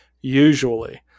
usually